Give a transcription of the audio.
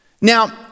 Now